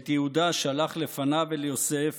"ואת יהודה שלח לפניו אל יוסף